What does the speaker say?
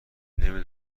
نمی